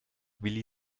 willi